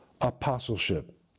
apostleship